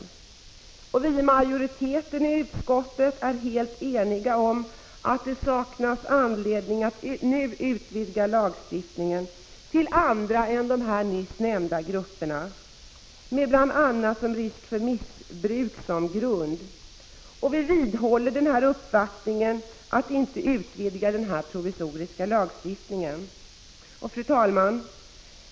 Vi inom utskottsmajoriteten är helt eniga om att det saknas anledning att nu utvidga lagstiftningen till andra grupper än de nyss nämnda, detta bl.a. på grund av risk för missbruk. Vi vidhåller uppfattningen att man inte skall utvidga denna provisoriska lagstiftning. Fru talman!